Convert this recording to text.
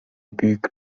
büyük